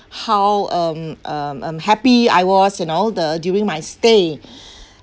how um um um happy I was and all the during my stay